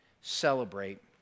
celebrate